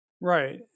Right